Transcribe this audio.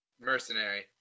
Mercenary